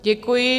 Děkuji.